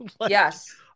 Yes